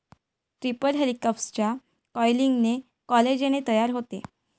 triple हेलिक्सच्या कॉइलिंगने collagen तयार होते